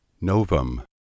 Novum